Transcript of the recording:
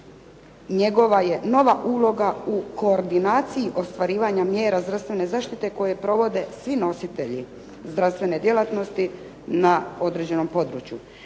njegova je nova uloga u koordinaciji ostvarivanja mjera zdravstvene zaštite koje provode svi nositelji zdravstvene djelatnosti na određenom području.